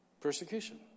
Persecution